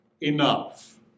enough